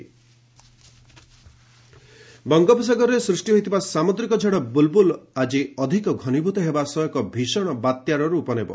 cyclone Bulbul ବଙ୍ଗୋପସାଗରରେ ସୃଷ୍ଟି ହୋଇଥିବା ସାମୁଦ୍ରିକ ଝଡ଼ ବୁଲ୍ବୁଲ୍ ଆଜି ଅଧିକ ଘନିଭୂତ ହେବା ସହ ଏକ ଭୀଷଣ ବାତ୍ୟାର ରୂପ ନେବ